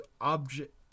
object